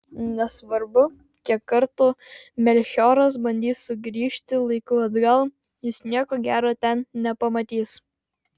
nesvarbu kiek kartų melchioras bandys sugrįžti laiku atgal jis nieko gero ten nepamatys